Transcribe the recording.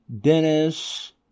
Dennis